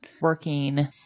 working